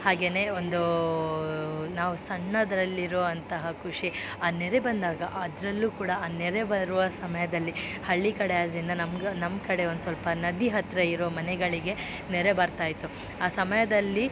ಹಾಗೆಯೇ ಒಂದು ನಾವು ಸಣ್ಣದರಲ್ಲಿರುವಂತಹ ಖುಷಿ ಆ ನೆರೆ ಬಂದಾಗ ಅದರಲ್ಲೂ ಕೂಡ ಆ ನೆರೆ ಬರುವ ಸಮಯದಲ್ಲಿ ಹಳ್ಳಿ ಕಡೆ ಆದ್ದರಿಂದ ನಮ್ಗೆ ನಮ್ಮ ಕಡೆ ಒಂದು ಸ್ವಲ್ಪ ನದಿ ಹತ್ತಿರ ಇರೋ ಮನೆಗಳಿಗೆ ನೆರೆ ಬರ್ತಾಯಿತ್ತು ಆ ಸಮಯದಲ್ಲಿ